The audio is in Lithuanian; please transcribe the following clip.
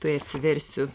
tuoj atsiversiu